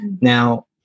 Now